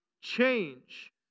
change